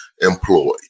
employed